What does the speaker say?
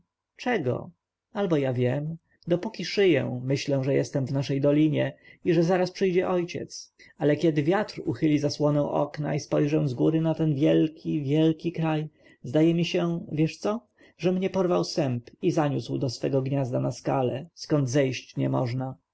czego albo ja wiem dopóki szyję myślę że jestem w naszej dolinie i że zaraz przyjdzie ojciec ale kiedy wiatr uchyli zasłonę okna i spojrzę z góry na ten wielki wielki kraj zdaje mi się wiesz co że mnie porwał sęp i zaniósł do swego gniazda na skale skąd zejść nie można